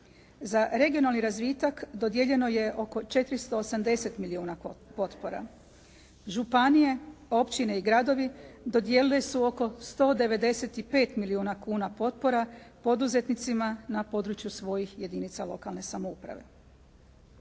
Za regionalni razvitak dodijeljeno je oko 480 milijuna potpora, županije, općine i gradovi dodijelili su oko 195 milijuna kuna potpora, poduzetnicima na području svojih jedinica lokalne samouprave.